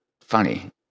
funny